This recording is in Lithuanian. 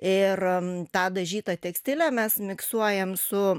ir ta dažytą tekstilę mes miksuojam su